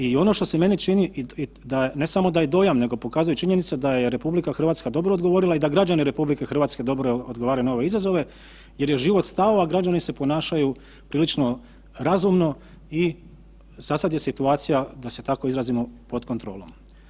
I ono što se meni čini ne samo da je dojam nego pokazuje i činjenica da je RH dobro odgovorila i da građani RH dobro odgovaraju na ove izazove jer je život stao, a građani se ponašaju prilično razumno i za sada je situacija da se tako izrazimo pod kontrolom.